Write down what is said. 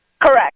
Correct